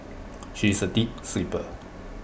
she is A deep sleeper